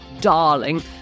darling